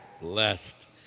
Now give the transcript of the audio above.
Blessed